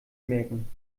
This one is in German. merken